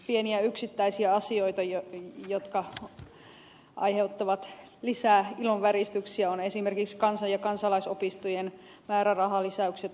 pieniä yksittäisiä asioita jotka aiheuttavat lisää ilonväristyksiä ovat esimerkiksi kansan ja kansalaisopistojen määrärahalisäykset